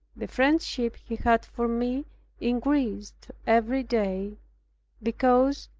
the friendship he had for me increased every day because,